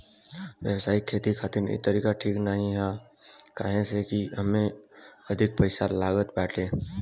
व्यावसायिक खेती खातिर इ तरीका ठीक नाही बा काहे से की एमे अधिका पईसा लागत बाटे